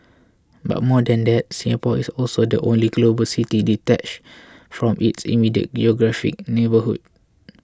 but more than that Singapore is also the only global city detached from its immediate geographic neighbourhood